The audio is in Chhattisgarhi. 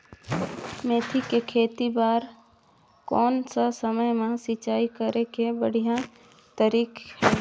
मेथी के खेती बार कोन सा समय मां सिंचाई करे के बढ़िया तारीक हे?